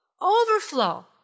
overflow